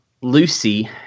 Lucy